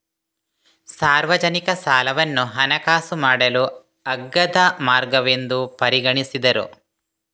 ಸಾರ್ವಜನಿಕ ಸಾಲವನ್ನು ಹಣಕಾಸು ಮಾಡಲು ಅಗ್ಗದ ಮಾರ್ಗವೆಂದು ಪರಿಗಣಿಸಿದರು